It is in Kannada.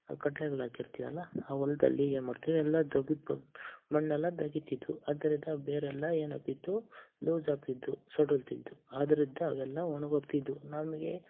ಕಡ್ಲೆಗಳು ಹಾಕಿರ್ತೀವಲ ಆ ಹೊಲ್ದಲ್ಲಿ ಏನು ಮಾಡ್ತಾವೆ ಎಲ್ಲ ತಗದು ಬಗ್ದು ಮಣ್ಣೆಲ್ಲ ಅಗೀತಿದ್ವು ಅದ್ರಿಂದ ಬೇರೆಲ್ಲ ಏನು ಆಗ್ತಿತ್ತು ಲೂಸ್ ಆಗ್ತಿದ್ದವು ಸಡಿಲ್ತಿದ್ವು ಆದ್ರಿಂದ ಅವೆಲ್ಲ ಒಣ್ಗಿ ಹೋಗ್ತಿದ್ವು ನಮಗೆ